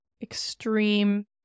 extreme